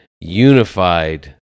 unified